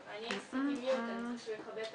11:10.